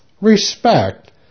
respect